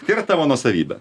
tai yra tavo nuosavybė